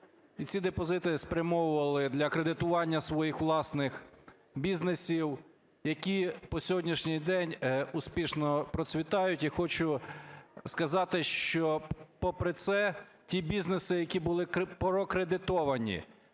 ці депозити спрямовували для кредитування своїх власних бізнесів, які по сьогоднішній день успішно процвітають. І хочу сказати, що, попри це, ті бізнеси, які були прокредитовані